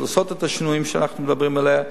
לעשות את השינויים שאנחנו מדברים עליהם.